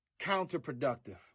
counterproductive